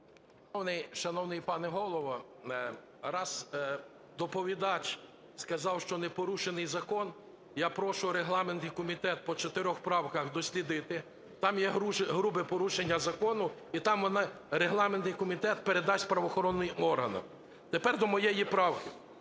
Шановний пане Голово! Раз доповідач сказав, що не порушений закон, я прошу Регламентний комітет по чотирьох правках дослідити, там є грубе порушення закону, і там Регламентний комітет передасть правоохоронним органам. Тепер до моєї правки.